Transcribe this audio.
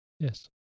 Yes